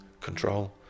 control